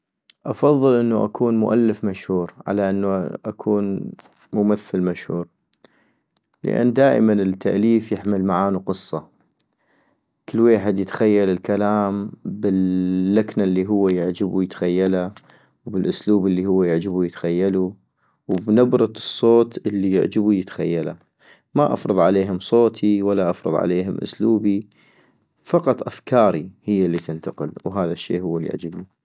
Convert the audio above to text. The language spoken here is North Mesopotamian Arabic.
افضل انو اكون مؤلف مشهور على انو اكون ممثل مشهور - لان دائما التأليف يحمل معانو قصة ، كل ويحد يتخيل الكلام باللكنة الي هو يعجبو يتخيلا والاسلوب الي يعجبو يتخيلو وبنبرة الصوت الي يعجبو يتخيلا - ما افرض عليهم صوتي ولا افرض عليهم اسلوبي ،فقط افكاري هي الي تنتقل ، وهذا الشي هو اليعجبني